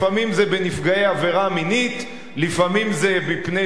לפעמים זה בנפגעי עבירה מינית,